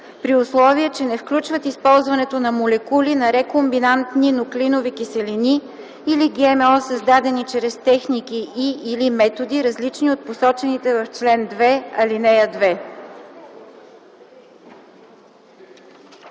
при условие, че не включват използването на молекули на рекомбинантни нуклеинови киселини или ГМО, създадени чрез техники и/или методи, различни от посочените в чл. 2, ал. 2.”